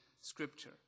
scripture